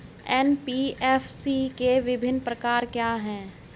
NBFC के विभिन्न प्रकार क्या हैं?